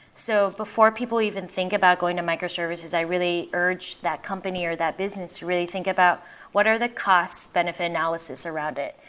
so before people even think about going to microservices, i really urge that company or that business to really think about what are the cost benefit analysis around it.